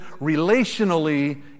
relationally